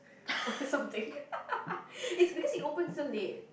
or something it's because it opens till late